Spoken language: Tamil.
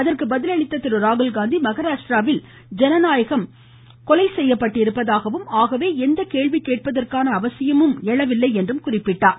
அதற்கு பதிலளித்த திரு ராகுல்காந்தி மகாராஷ்ட்ராவில் ஜனநாயகம் கொலை செய்யப்பட்டிருப்பதாகவும் ஆகவே எந்த கேள்வி கேட்பதற்கான அவசியமும் எழுவில்லை என்றும் குறிப்பிட்டார்